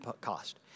cost